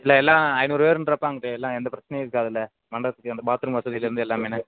இல்லை எல்லாம் ஐநூறு பேருன்றப்ப அங்குட்டு எல்லாம் எந்த பிரச்சினையும் இருக்காதுல்ல மண்டபத்துக்கு அந்த பாத்ரூம் வசதியிலேருந்து எல்லாமே என்ன